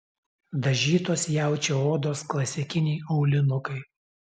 dažytos jaučio odos klasikiniai aulinukai